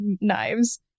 knives